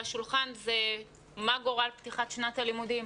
השולחן היא מה גורל פתיחת שנת הלימודים,